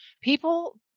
people